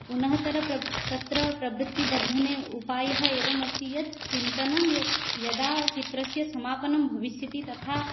पुनः तरप् तत्र प्रवृत्तिबद्धने उपायः एवम् अस्ति यत् चिन्तनं यत् यदा चित्रस्य समापनं भविष्यति तथा